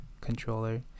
controller